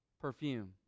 perfume